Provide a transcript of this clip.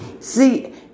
See